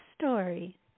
story